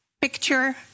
picture